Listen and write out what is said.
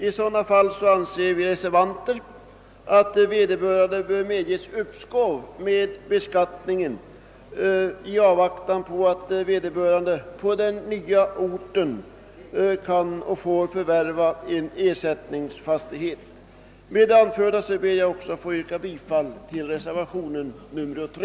I sådana fall anser vi reservanter att vederbörande bör medges uppskov med beskattningen i avvaktan på att han på den nya orten förvärvar en ersättningsfastighet. Med det anförda ber jag få yrka bifall också till reservation 23.